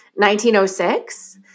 1906